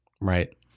Right